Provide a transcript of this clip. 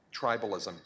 tribalism